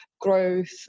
growth